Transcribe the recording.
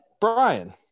brian